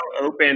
open